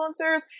influencers